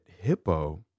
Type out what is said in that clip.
hippo